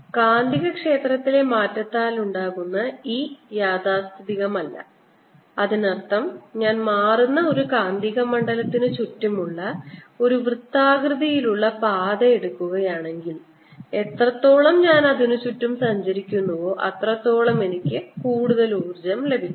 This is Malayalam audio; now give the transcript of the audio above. കാന്തികക്ഷേത്രത്തിലെ മാറ്റത്താൽ ഉണ്ടാകുന്ന E യാഥാസ്ഥിതികമല്ല അതിനർത്ഥം ഞാൻ മാറുന്ന ഒരു കാന്തിക മണ്ഡലത്തിന് ചുറ്റുമുള്ള ഒരു വൃത്താകൃതിയിലുള്ള പാത എടുക്കുകയാണെങ്കിൽ എത്രത്തോളം ഞാൻ അതിനുചുറ്റും സഞ്ചരിക്കുന്നുവോ അത്രത്തോളം എനിക്ക് കൂടുതൽ ഊർജ്ജം ലഭിക്കും